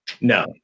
No